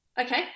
okay